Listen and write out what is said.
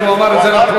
הוא אמר את זה לפרוטוקול.